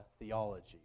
theology